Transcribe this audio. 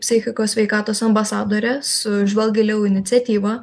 psichikos sveikatos ambasadorė su žvelk giliau iniciatyva